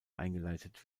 eingeleitet